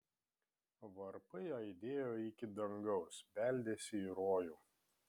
varpai aidėjo iki dangaus beldėsi į rojų